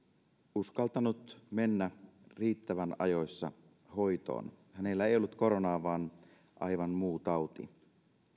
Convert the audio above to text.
uskaltanut mennä riittävän ajoissa hoitoon hänellä ei ollut koronaa vaan aivan muu tauti